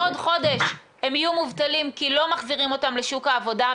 בעוד חודש הם יהיו מובטלים כי לא מחזירים אותם לשוק העבודה,